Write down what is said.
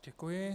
Děkuji.